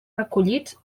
recollits